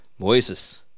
Moises